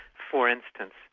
for instance,